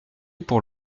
pour